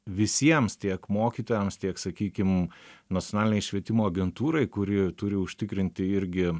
visiems tiek mokytojams tiek sakykim nacionalinei švietimo agentūrai kuri turi užtikrinti irgi